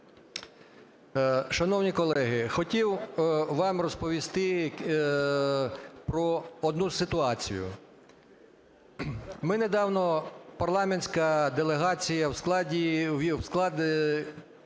Шановні колеги, хотів вам розповісти про одну ситуацію. Ми недавно, парламентська делегація, у склад